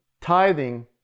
tithing